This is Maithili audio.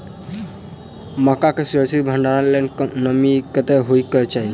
मक्का केँ सुरक्षित भण्डारण लेल नमी कतेक होइ कऽ चाहि?